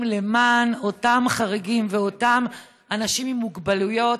למען אותם חריגים ואותם אנשים עם מוגבלויות,